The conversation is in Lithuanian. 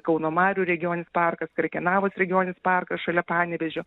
kauno marių regioninis parkas krekenavos regioninis parkas šalia panevėžio